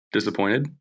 Disappointed